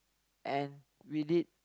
and we did